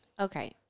Okay